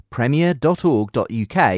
premier.org.uk